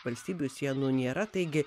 valstybių sienų nėra taigi